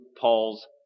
Paul's